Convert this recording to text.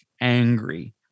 angry